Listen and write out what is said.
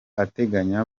ateganya